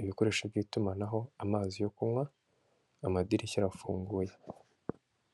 ibikoresho by'itumanaho, amazi yo kunywa, amadirishya arafunguye.